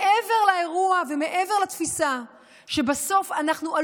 מעבר לאירוע ומעבר לתפיסה שבסוף אנחנו,